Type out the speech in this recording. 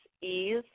ease